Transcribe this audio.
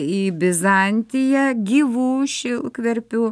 į bizantiją gyvų šilkverpių